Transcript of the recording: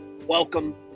welcome